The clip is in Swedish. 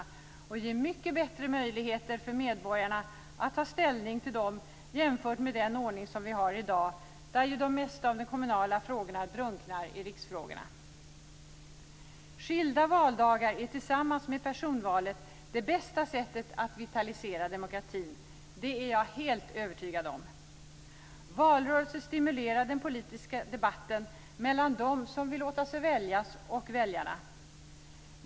Och medborgarna kommer att få mycket bättre möjligheter att ta ställning till dem jämfört med den ordning som vi har i dag, där de flesta av de kommunala frågorna drunknar i riksfrågorna. Skilda valdagar är tillsammans med personvalet det bästa sättet att vitalisera demokratin. Det är jag helt övertygad om. Valrörelser stimulerar den politiska debatten mellan dem som vill låta sig väljas och väljarna.